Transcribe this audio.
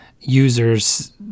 users